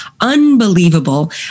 unbelievable